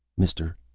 mister,